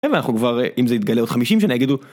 ואנחנו כבר... אם זה יתגלה עוד חמישים שנה יגידו...